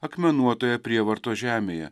akmenuotoje prievartos žemėje